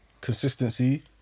Consistency